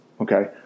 Okay